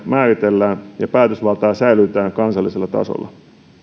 määritellään ja päätösvalta säilytetään kansallisella tasolla